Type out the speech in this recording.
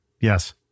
Yes